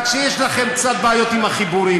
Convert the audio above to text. רק שיש לכם קצת בעיות עם החיבורים,